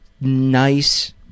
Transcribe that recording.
nice